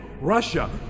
Russia